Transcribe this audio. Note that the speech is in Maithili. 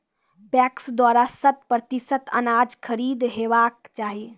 पैक्स द्वारा शत प्रतिसत अनाज खरीद हेवाक चाही?